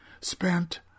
spent